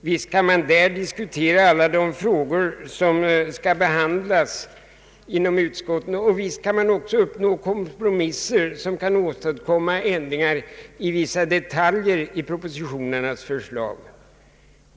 Visst kan man där diskutera alla de frågor som skall behandlas inom utskotten, och visst kan man uppnå kompromisser, som kan åstadkomma ändringar i vissa detaljer i propositionernas förslag.